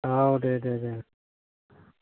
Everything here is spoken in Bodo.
औ दे दे दे